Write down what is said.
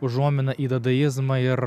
užuomina į dadaizmą ir